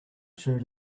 shirt